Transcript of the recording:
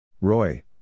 Roy